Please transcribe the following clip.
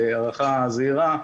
הערכה זהירה,